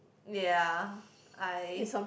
ya I